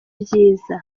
byiza